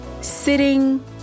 Sitting